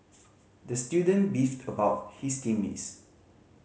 the student beefed about his team mates